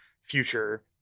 future